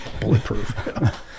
bulletproof